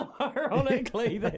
Ironically